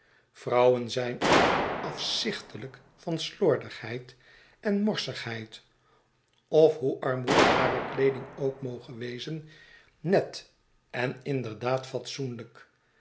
vrouwen zijn of afzichtelijk van slordigheid en morsigheid of hoe armoedig hare kleeding ook moge wezen net en inderdaad fatsoenlijk